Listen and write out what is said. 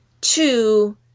Two